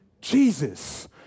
Jesus